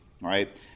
right